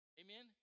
amen